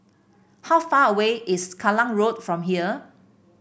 how far away is Kallang Road from here